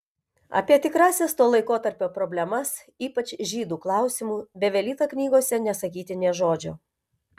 apie tikrąsias to laikotarpio problemas ypač žydų klausimu bevelyta knygose nesakyti nė žodžio